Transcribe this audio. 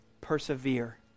persevere